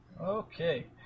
Okay